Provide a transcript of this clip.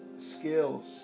skills